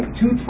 two